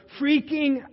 freaking